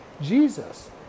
Jesus